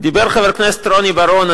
דיבר חבר הכנסת רוני בר-און,